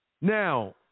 Now